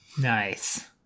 Nice